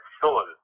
soul